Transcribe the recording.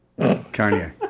Kanye